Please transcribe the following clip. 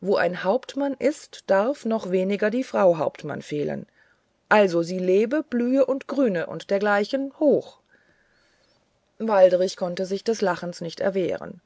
wo ein hauptmann ist darf noch weniger die frau hauptmann fehlen also sie lebe blühe grüne und dergleichen hoch waldrich konnte sich des lachens nicht erwehren